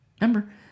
Remember